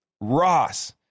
Ross